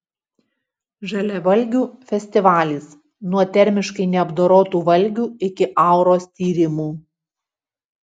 žaliavalgių festivalis nuo termiškai neapdorotų valgių iki auros tyrimų